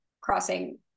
crossing